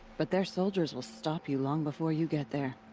but their soldiers will stop you long before you get there.